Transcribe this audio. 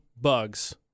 bugs